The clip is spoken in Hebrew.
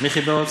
מי חיבר אותו?